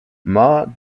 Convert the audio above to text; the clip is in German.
marr